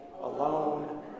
alone